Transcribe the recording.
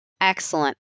Excellent